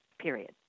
Period